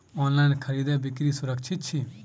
online खरीदै बिक्री सुरक्षित छी